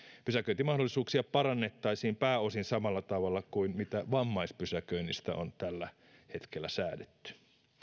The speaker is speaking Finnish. pysäköintimahdollisuuksia parannettaisiin pääosin samalla tavalla kuin mitä vammaispysäköinnistä on tällä hetkellä säädetty